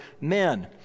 men